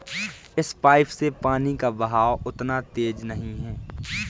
इस पाइप से पानी का बहाव उतना तेज नही है